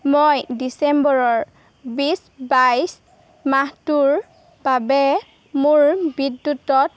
মই ডিচেম্বৰৰ বিছ বাইছ মাহটোৰ বাবে মোৰ বিদ্যুতত